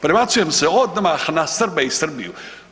Prebacujem se odmah na Srbe i Srbiju.